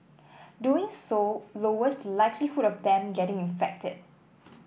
doing so lowers likelihood of them getting infected